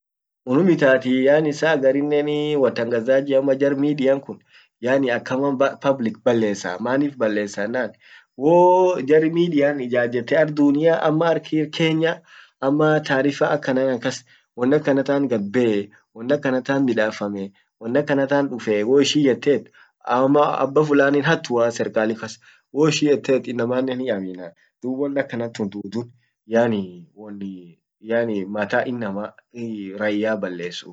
unnum itattii yaani saa agarinnen watangazaji ama jar midiankun yaani akkama public ballesa manif ballesa ennan wooo jarrin midian ijajete ar dunian ama ar kenyan ama taarifa akkana akas won akantant gadbe, ama won akkanatant midafammee ,won akanatant dufe woishin yetteet ammaa abba fulanin hatuaaa ser kali kas woishin yetet inaman hiamina dub won akan tun yaani won mata inama raia ballesu